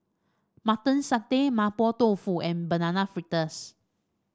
Mutton Satay Mapo Tofu and Banana Fritters